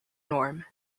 norm